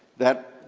that